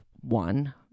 one